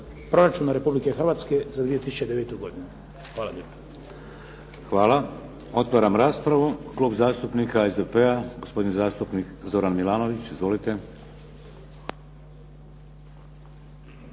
Hvala lijepa. **Šeks, Vladimir (HDZ)** Hvala. Otvaram raspravu. Klub zastupnika SDP-a gospodin zastupnik Zoran Milanović. Izvolite.